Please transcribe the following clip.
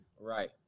Right